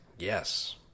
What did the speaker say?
yes